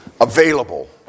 available